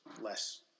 less